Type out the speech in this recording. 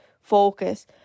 focus